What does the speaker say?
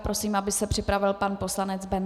Prosím, aby se připravil pan poslanec Bendl.